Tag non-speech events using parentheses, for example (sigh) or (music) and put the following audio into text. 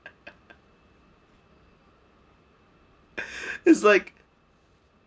(laughs) is like